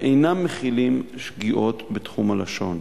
ואינם מכילים שגיאות בתחום הלשון.